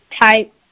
type